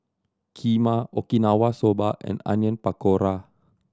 Kheema Okinawa Soba and Onion Pakora